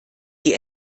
die